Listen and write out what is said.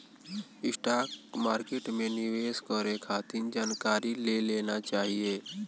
stock market में निवेश करे खातिर जानकारी ले लेना चाही